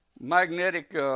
magnetic